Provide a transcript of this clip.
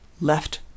left